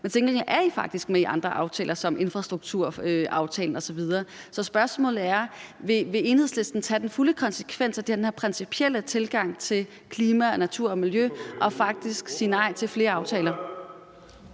gengæld er I faktisk med i andre aftaler som infrastrukturaftalen osv. Så spørgsmålet er: Vil Enhedslisten tage den fulde konsekvens af den her principielle tilgang til klima, natur og miljø og faktisk sige nej til flere aftaler?